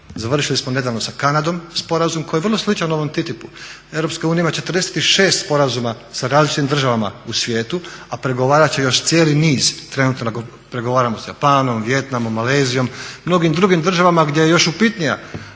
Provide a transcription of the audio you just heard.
Završili smo nedavno sa Kanadom sporazum koji je vrlo sličan ovom TTIP-u. EU ima 46 sporazuma sa različitim državama u svijetu, a pregovarat će još cijeli niz. Trenutno pregovaramo sa Japanom, Vijetnamom, Malezijom, mnogim drugim državama gdje je još upitnija